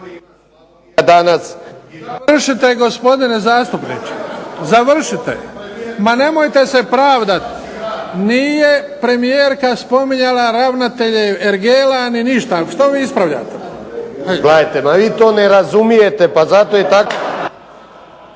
Završite gospodine zastupniče. Ma nemojte se pravdati. Nije premijerka spominjala ravnatelje ergela ni ništa. Što vi ispravljate. **Vinković, Zoran (SDP)** Pa gledajte,